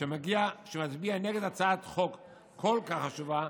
שמצביע נגד הצעת חוק כל כך חשובה,